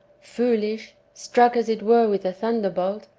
foolish, struck as it were with a thunder bolt,